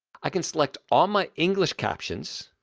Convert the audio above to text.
i can select all my english captions,